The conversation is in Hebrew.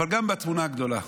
אבל גם בתמונה הגדולה,